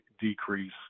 decrease